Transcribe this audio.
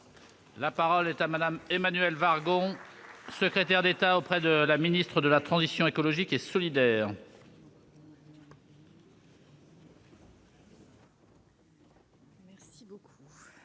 du Gouvernement, Emmanuelle Wargon, secrétaire d'État auprès de la ministre de la transition écologique et solidaire,